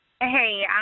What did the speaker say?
Hey